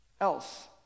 else